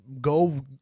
Go